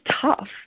tough